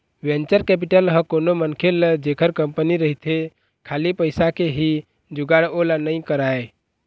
venture capital ह कोनो मनखे ल जेखर कंपनी रहिथे खाली पइसा के ही जुगाड़ ओला नइ कराय